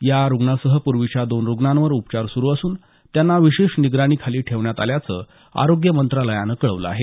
या रुग्णासह पूर्वीच्या दोन्ही रुग्णांवर उपचार सुरू असून त्यांना विशेष निगराणीखाली ठेवण्यात असल्याचं आरोग्य मंत्रालयानं कळवलं आहे